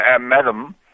madam